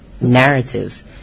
narratives